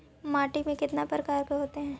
माटी में कितना प्रकार के होते हैं?